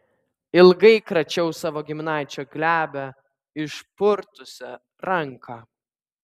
ilgai kračiau savo giminaičio glebią išpurtusią ranką